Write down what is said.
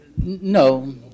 No